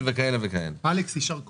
יישר כוח,